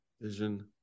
vision